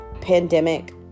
pandemic